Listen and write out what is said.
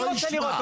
אני לא אשמע.